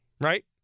right